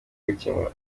gukemura